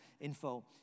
info